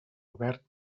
obert